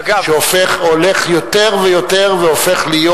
שהולך יותר ויותר והופך להיות,